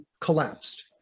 collapsed